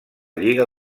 lliga